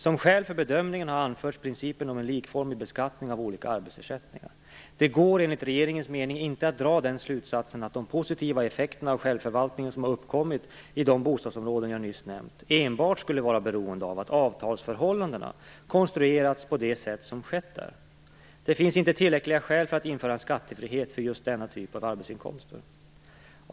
Som skäl för bedömningen har anförts principen om en likformig beskattning av olika arbetsersättningar. Det går enligt regeringens mening inte att dra den slutsatsen att de positiva effekter av självförvaltningen som uppkommit i de bostadsområden jag nyss nämnt enbart skulle vara beroende av att avtalsförhållandet konstruerats på det sätt som skett där. Det finns inte tillräckliga skäl för att införa skattefrihet för just denna typ av arbetsinkomster.